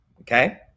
okay